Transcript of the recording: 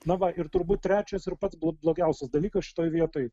na va ir turbūt trečias ir pats blo blogiausias dalykas šitoj vietoj